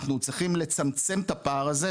אנחנו צריכים לצמצם את הפער הזה,